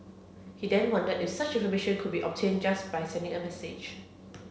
he then wondered if such information could be obtained just by sending a message